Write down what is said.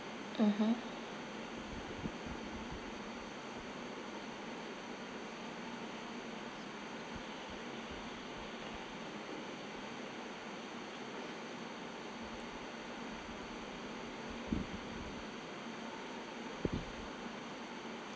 mmhmm